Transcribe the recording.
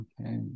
Okay